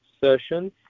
session